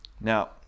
Now